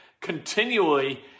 continually